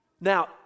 Now